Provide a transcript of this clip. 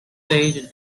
sage